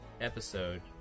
episode